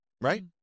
right